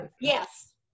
yes